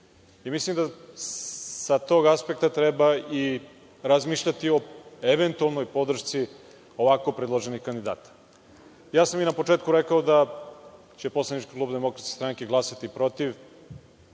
Mislim, da sa tog aspekta treba i razmišljati o eventualnoj podršci ovako predloženih kandidata. Ja sam i na početku rekao da će poslanička grupa DS glasati protiv,